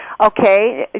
Okay